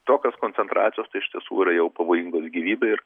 tokios koncentracijos tai iš tiesų jau yra pavojingos gyvybei ir